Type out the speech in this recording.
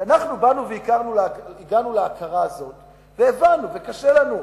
שאנחנו באנו והגענו להכרה הזאת והבנו, וקשה לנו,